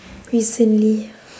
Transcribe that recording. recently